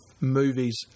movies